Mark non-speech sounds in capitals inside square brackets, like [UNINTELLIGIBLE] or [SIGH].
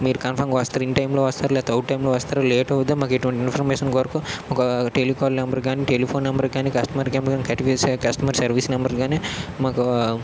మీరు కన్ఫర్మ్గా వస్తారు ఇన్టైమ్లో లేదా ఔట్టైమ్లో వస్తారు లేట్ అవుతుందా ఇటువంటి ఇన్ఫర్మేషన్ కొరకు ఒక టెలికాల్ నంబర్కి కాని టెలిఫోన్ నంబర్కి కాని కస్టమర్ [UNINTELLIGIBLE] కట్టివేసి కస్టమర్ సర్వీస్ నంబర్ కాని మాకు [UNINTELLIGIBLE]